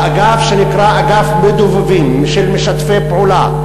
באגף שנקרא "אגף מדובבים", של משתפי פעולה,